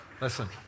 Listen